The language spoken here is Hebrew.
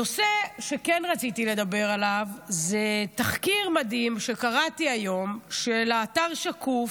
הנושא שכן רציתי לדבר עליו זה תחקיר מדהים שקראתי היום של האתר שקוף,